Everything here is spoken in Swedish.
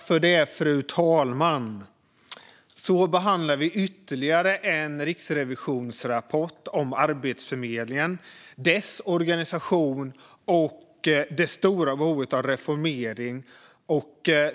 Fru talman! Vi behandlar ytterligare en riksrevisionsrapport om Arbetsförmedlingen, dess organisation och det stora behovet av reformering.